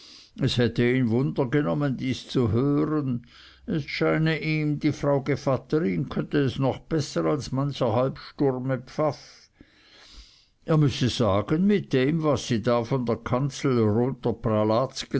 es hätte ihn wunder genommen dies zu hören es scheine ihm die frau gevatterin könnte es noch besser als mancher halbsturme pfaff er müsse sagen mit dem was sie da von der kanzel runter